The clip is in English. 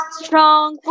strong